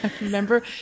remember